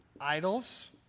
idols